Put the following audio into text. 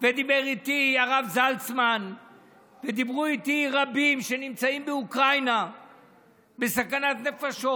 ודיבר איתי הרב זלצמן ודיברו איתי רבים שנמצאים באוקראינה בסכנת נפשות.